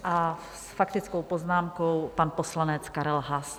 A s faktickou poznámkou pan poslanec Karel Haas.